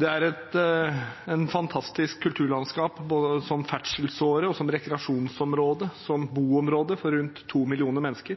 Det er et fantastisk kulturlandskap som ferdselsåre, som rekreasjonsområde og som boområde for rundt to